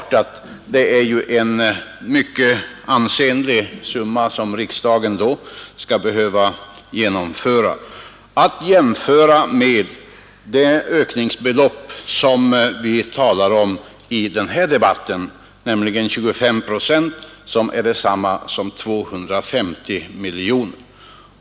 Det är ju en mycket ansenlig summa, som skall jämföras med den 25-procentiga ökning som vi talar om i denna debatt, dvs. 250 miljoner.